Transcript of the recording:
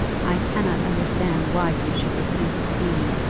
i cannot understand why you should refuse to see me,